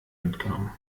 mitgenommen